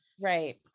Right